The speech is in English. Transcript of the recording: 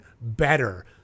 better